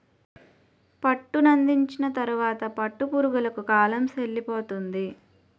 పట్టునందించిన తరువాత పట్టు పురుగులకు కాలం సెల్లిపోతుంది